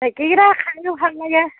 ঢেঁকীৰ পিঠা খায়ো ভাল লাগে